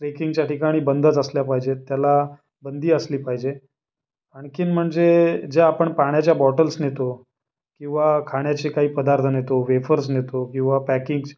ट्रेकिंगच्या ठिकाणी बंदच असल्या पाहिजेत त्याला बंदी असली पाहिजे आणखीन म्हणजे ज्या आपण पाण्याच्या बॉटल्स नेतो किंवा खाण्याचे काही पदार्थ नेतो वेफर्स नेतो किंवा पॅकिंगची